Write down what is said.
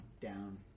down